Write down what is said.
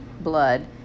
blood